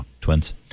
Twins